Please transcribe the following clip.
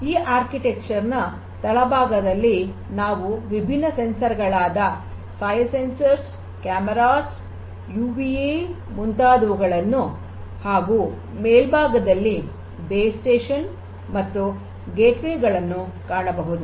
ಈ ವಾಸ್ತುಶಿಲ್ಪದ ತಳಭಾಗದಲ್ಲಿ ನಾವು ವಿಭಿನ್ನ ಸೆನ್ಸರ್ ಗಳಾದ ಸಾಯಿಲ್ ಸಂವೇದಕಗಳು ಕ್ಯಾಮೆರಾಸ್ ಯುವಿಎ ಮುಂತಾದವುಗಳನ್ನು ಹಾಗೂ ಮೇಲ್ಭಾಗದಲ್ಲಿ ಬೇಸ್ ಸ್ಟೇಷನ್ ಮತ್ತು ಗೇಟ್ ವೇ ಗಳನ್ನು ಕಾಣಬಹುದು